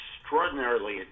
extraordinarily